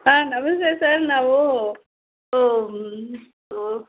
ಹಾಂ ನಮಸ್ತೆ ಸರ್ ನಾವು